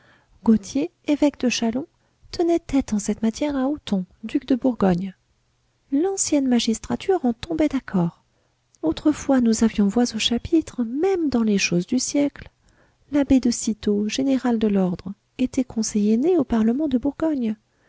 gautier évêque de châlons tenait tête en cette matière à othon duc de bourgogne l'ancienne magistrature en tombait d'accord autrefois nous avions voix au chapitre même dans les choses du siècle l'abbé de cîteaux général de l'ordre était conseiller né au parlement de bourgogne